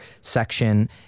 section